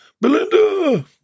Belinda